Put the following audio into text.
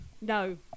No